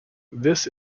this